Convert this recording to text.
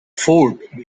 fort